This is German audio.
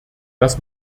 dass